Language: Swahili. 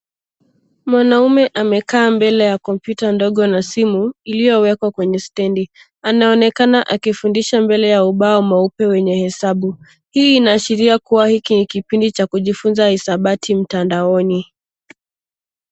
Mwanaume amekaa mbele ya kompyuta ndogo na simu iliyowekwa kwenye stendi. Anaoneakana akifundisha mbele ya ubao mweupe wenye hesabu. Hii inaashiria kuwa hiki ni kipindi cha kujifunza hisabati mtandaoni.